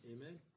Amen